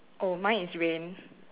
oh mine is rain